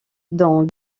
dont